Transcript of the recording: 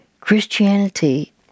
christianity